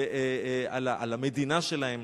על המדינה שלהם,